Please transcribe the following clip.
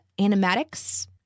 animatics